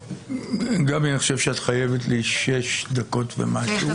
גבי, אני חושב שאת חייבת לי שש דקות ומשהו.